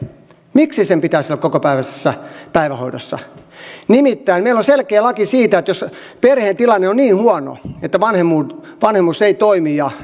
miksi lapsen pitäisi olla kokopäiväisessä päivähoidossa nimittäin meillä on selkeä laki siitä että jos perheen tilanne on niin huono että vanhemmuus ei toimi ja